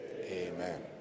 Amen